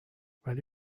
ولی